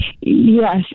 Yes